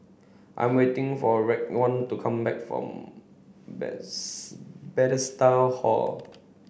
I am waiting for Raekwon to come back from Bethesda Hall